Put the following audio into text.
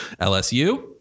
LSU